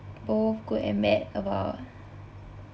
both good and bad about